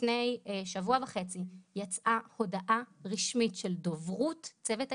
לפני שבוע וחצי יצאה הודעה רשמית של דוברות צוות היישום,